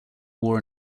war